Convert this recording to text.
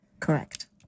Correct